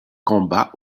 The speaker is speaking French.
combat